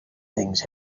things